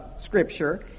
scripture